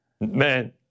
Man